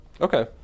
Okay